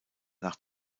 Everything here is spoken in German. nach